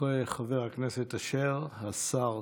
אחרי חבר הכנסת אשר, השר